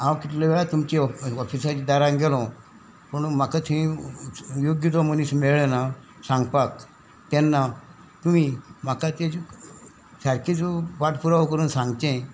हांव कितलो वेळार तुमची ऑफिसाची दारांक गेलो पूण म्हाका थंय योग्य तो मनीस मेळ्ळोना सांगपाक तेन्ना तुमी म्हाका तेजे सारकीच वाट पुरो करून सांगचे